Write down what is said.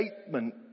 statement